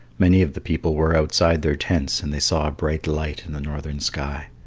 many of the people were outside their tents, and they saw a bright light in the northern sky.